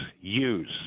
use